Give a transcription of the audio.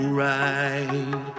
right